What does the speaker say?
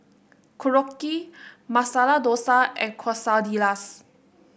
Korokke Masala Dosa and Quesadillas